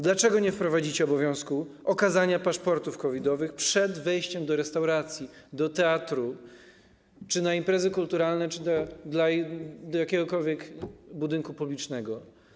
Dlaczego nie wprowadzicie obowiązku okazania paszportów COVID-owych przed wejściem do restauracji, do teatru, na imprezy kulturalne czy do jakiekolwiek budynku publicznego?